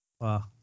Wow